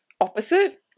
opposite